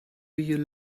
you